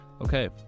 Okay